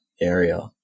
area